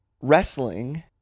wrestling